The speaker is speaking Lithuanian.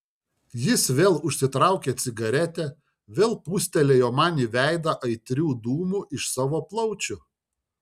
jis vėl užsitraukė cigaretę vėl pūstelėjo man į veidą aitrių dūmų iš savo plaučių